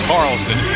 Carlson